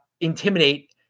intimidate